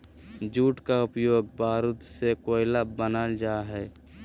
jute का उपयोग बारूद से कोयला बनाल जा हइ